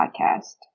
podcast